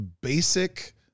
basic